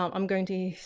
um i'm going to